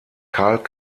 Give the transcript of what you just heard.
karl